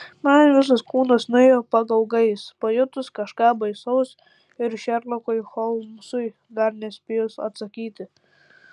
man visas kūnas nuėjo pagaugais pajutus kažką baisaus ir šerlokui holmsui dar nespėjus atsakyti